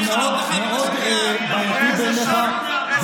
זה מאוד בעייתי בעיניך,